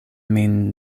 min